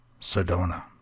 sedona